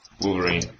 Wolverine